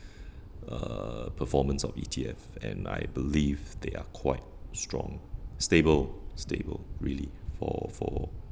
uh performance of E_T_F and I believe they are quite strong stable stable really for for